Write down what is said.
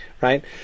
right